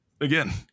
Again